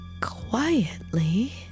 quietly